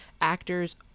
actors